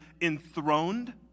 enthroned